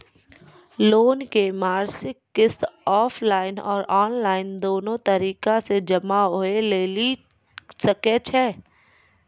Loan के मासिक किस्त ऑफलाइन और ऑनलाइन दोनो तरीका से जमा होय लेली सकै छै?